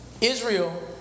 Israel